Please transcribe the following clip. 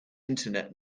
internet